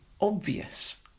obvious